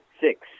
six